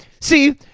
see